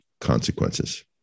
consequences